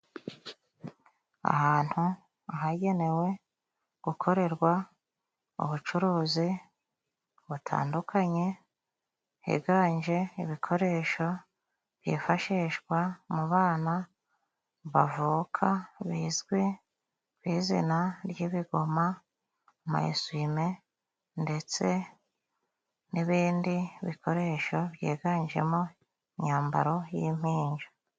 Ahantu ahagenewe gukorerwa ubucuruzi butandukanye higanje ibikoresho byifashishwa mu bana bavuka bizwi ku izina ry'ibigoma, ama esuwime ndetse n'ibindi bikoresho byiganjemo imyambaro y'impinja.